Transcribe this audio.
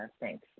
Thanks